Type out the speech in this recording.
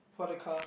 for the car